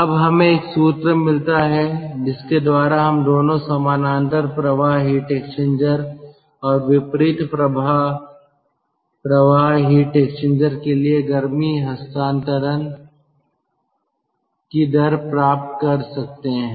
अब हमें एक सूत्र मिलता है जिसके द्वारा हम दोनों समानांतर प्रवाह हीट एक्सचेंजर और विपरीत प्रवाह हिट एक्सचेंजर के लिए गर्मी हस्तांतरण की दर प्राप्त कर सकते हैं